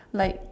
like